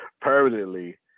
permanently